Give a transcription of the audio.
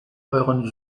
euren